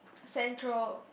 central